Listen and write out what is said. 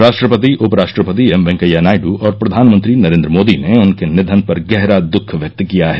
राष्ट्रपति उपराष्ट्रपति एम वेंकैया नायडू और प्रधानमंत्री नरेन्द्र मोदी ने उनके निधन पर गहरा दुख व्यक्त किया है